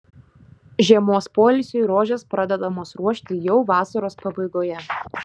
žiemos poilsiui rožės pradedamos ruošti jau vasaros pabaigoje